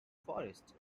forest